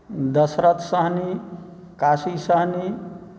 Dasharath Sahni Kashi Sahni